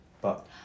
but-